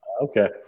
Okay